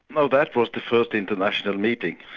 oh that was the first international meeting.